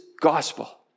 gospel